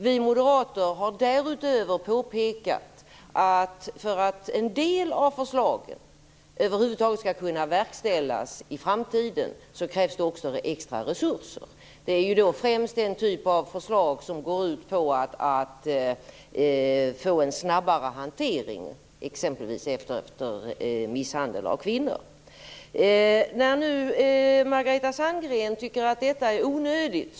Vi moderater har därutöver påpekat att för att en del av förslaget över huvud taget skall kunna verkställas i framtiden krävs det också extra resurser. Det gäller främst den typ av förslag som innebär en snabbare handläggning vid misshandel av kvinnor. Margareta Sandgren tycker att detta är onödigt.